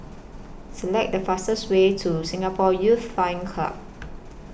Select The fastest Way to Singapore Youth Flying Club